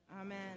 Amen